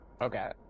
Okay